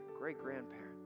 great-grandparent